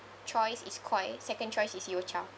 choice is Koi second choice is Yocha